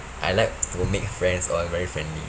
I like to make friends all very friendly